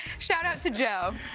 shout-out to joe.